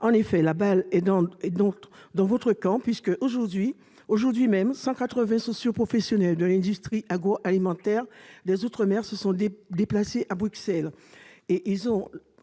outre-mer. La balle est dans votre camp, madame la ministre, puisque, aujourd'hui même, 180 socioprofessionnels de l'industrie agroalimentaire des outre-mer se sont déplacés à Bruxelles,